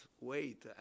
wait